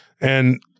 And-